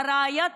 ודגלו